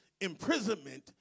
imprisonment